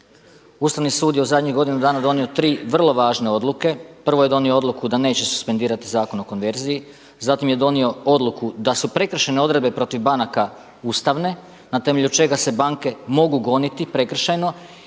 Ustavni sud je u zadnjih godinu dana donio tri vrlo važne odluke. Prvo je donio odluku da neće suspendirati Zakon o konverziji, zatim je donio odluku da su prekršajne odredbe protiv banaka ustavne na temelju čega se banke mogu goniti prekršajno